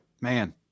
Man